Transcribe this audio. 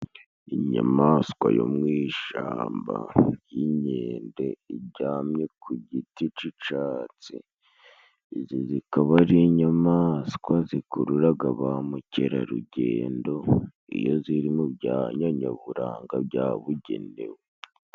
Inyamaswa yo mu ishamba y'inkende iryamye ku giti c'icatsi. Izi zikaba ari inyamaswa zikururaga ba mukerarugendo, iyo ziri mu byanya nyaburanga byabugenewe.